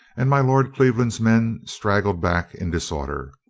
and my lord cleveland's men straggled back in disorder.